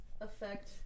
affect